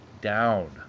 down